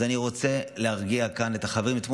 אז אני רוצה להרגיע כאן את החברים: אתמול